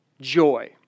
joy